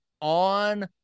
on